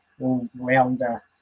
all-rounder